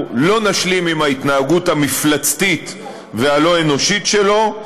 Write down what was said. נשלים עם ההתנהגות המפלצתית והלא-אנושית שלו,